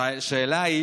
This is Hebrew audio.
השאלה: